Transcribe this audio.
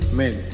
men